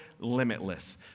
limitless